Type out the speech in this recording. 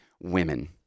women